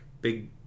big